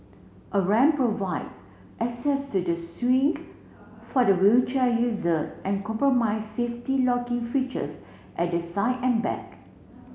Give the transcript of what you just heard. a ramp provides access to the swing for the wheelchair user and comprise safety locking features at the side and back